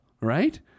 Right